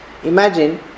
Imagine